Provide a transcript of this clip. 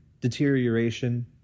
deterioration